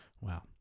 Wow